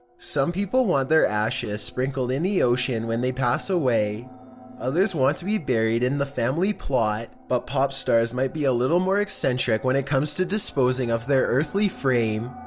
some people want their ashes sprinkled in the ocean when they pass away others want to be buried in the family plot. but, pop stars might be a little more eccentric when it comes to disposing of their earthly frame.